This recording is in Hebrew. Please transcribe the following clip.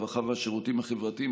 הרווחה והשירותים החברתיים,